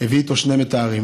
הביא איתו שני מטהרים,